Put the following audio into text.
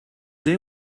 day